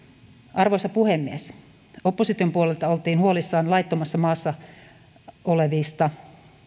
arvoisa puhemies opposition puolelta oltiin huolissaan laittomasti maassa olevista